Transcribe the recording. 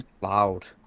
loud